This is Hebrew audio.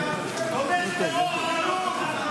תומך טרור עלוב.